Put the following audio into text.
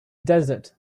desert